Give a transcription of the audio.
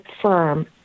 firm